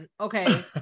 Okay